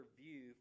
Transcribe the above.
view